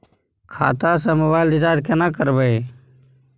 खाता स mobile recharge केना करबे?